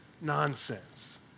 Nonsense